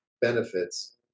benefits